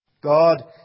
God